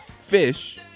fish